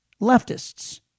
leftists